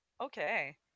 Okay